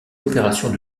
opérations